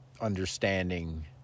understanding